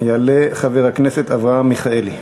יעלה חבר הכנסת אברהם מיכאלי.